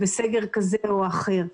וסגר כזה או אחר.